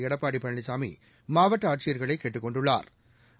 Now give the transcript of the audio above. எடப்பாடி பழனிசாமி மாவட்ட ஆட்சியா்களை கேட்டுக் கொண்டுள்ளாா்